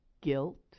guilt